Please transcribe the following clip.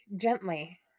gently